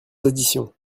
additions